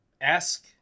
Ask